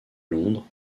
londres